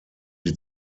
die